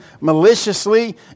maliciously